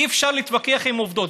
אי-אפשר להתווכח עם עובדות.